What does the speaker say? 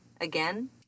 again